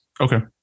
okay